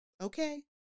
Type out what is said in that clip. Okay